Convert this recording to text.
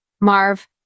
Marv